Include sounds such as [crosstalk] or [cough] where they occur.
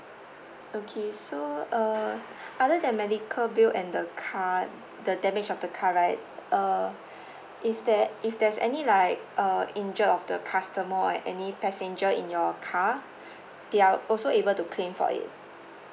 okay so uh [breath] other than medical bill and the car the damage of the car right uh [breath] if there if there's any like uh injured of the customer or any passenger in your car [breath] they are also able to claim for it